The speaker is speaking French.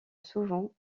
souvent